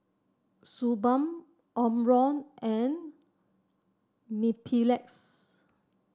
Suu Balm Omron and Mepilex